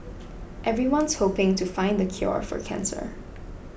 everyone's hoping to find a cure for cancer